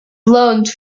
loans